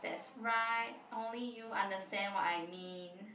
that's right only you understand what I mean